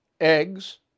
eggs